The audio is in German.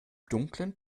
dunkeln